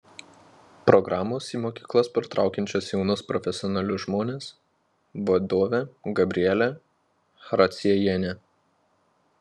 programos į mokyklas pritraukiančios jaunus profesionalius žmones vadovė gabrielė characiejienė